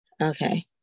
Okay